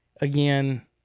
again